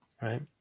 Right